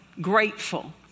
Grateful